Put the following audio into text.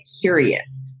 curious